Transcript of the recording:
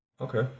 Okay